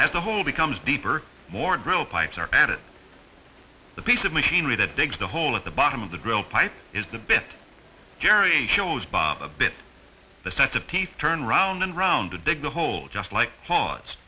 as a hole becomes deeper more drill pipes are added the piece of machinery that digs the hole at the bottom of the drill pipe is the bit jerry shows bob the bit the set of teeth turn round and round to dig a hole just like cause